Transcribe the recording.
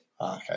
Okay